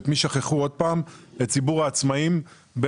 את מי שכחו עוד פעם את ציבור העצמאים בין